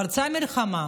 פרצה המלחמה,